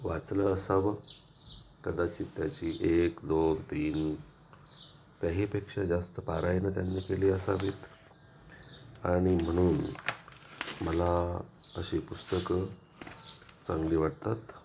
वाचलं असावं कदाचित त्याची एक दोन तीन त्याहीपेक्षा जास्त पारायणं त्यांनी केली असावीत आणि म्हणून मला अशी पुस्तकं चांगली वाटतात